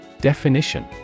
Definition